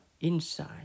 inside